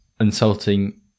insulting